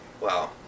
Wow